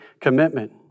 commitment